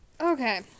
okay